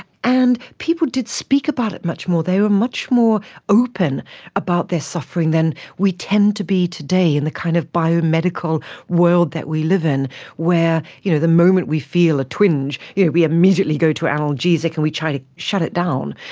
and people did speak about it much more, they were much more open about their suffering than we tend to be today in the kind of biomedical world that we live in where you know the moment we feel a twinge we immediately go to analgesic and we try to shut it down.